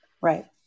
right